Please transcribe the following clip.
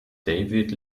david